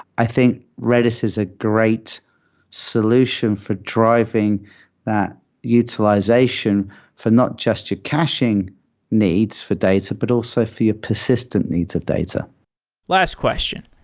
i think redis is a great solution for driving that utilization for not just your caching needs for data, but also feel persistent needs of data last question.